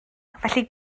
felly